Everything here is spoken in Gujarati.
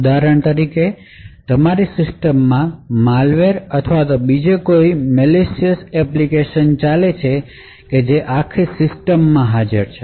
ઉદાહરણ તરીકે તમારી સિસ્ટમ માં માલવેર અથવા તો બીજી કોઈ મેલિશયસ એપ્લિકેશન ચાલે છે કે જે આખી સિસ્ટમ માં હાજર છે